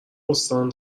استان